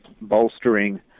bolstering